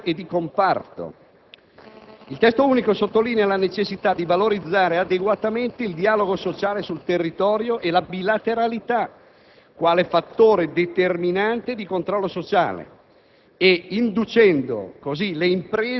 regionale, provinciale, di distretto produttivo, subprovinciale, di settore e di comparto. Il testo unico sottolinea la necessità di valorizzare adeguatamente il dialogo sociale sul territorio e la bilateralità